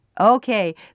Okay